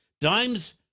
dimes